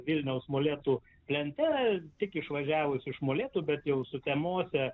vilniaus molėtų plente tik išvažiavus iš molėtų bet jau sutemose